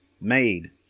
made